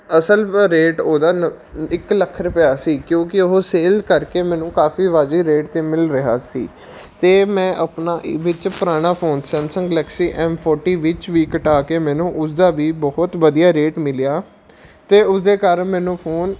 ਅਸਲ ਰੇਟ ਉਹਦਾ ਨ ਇੱਕ ਲੱਖ ਰੁਪਇਆ ਸੀ ਕਿਉਂਕਿ ਉਹ ਸੇਲ ਕਰਕੇ ਮੈਨੂੰ ਕਾਫ਼ੀ ਵਾਜਬ ਰੇਟ 'ਤੇ ਮਿਲ ਰਿਹਾ ਸੀ ਅਤੇ ਮੈਂ ਆਪਣਾ ਵਿੱਚ ਪੁਰਾਣਾ phone Samsung Galaxy M forty ਵਿੱਚ ਵੀ ਕਟਾ ਕੇ ਮੈਨੂੰ ਉਸਦਾ ਵੀ ਬਹੁਤ ਵਧੀਆ ਰੇਟ ਮਿਲਿਆ ਅਤੇ ਉਸਦੇ ਕਾਰਨ ਮੈਨੂੰ ਫ਼ੋਨ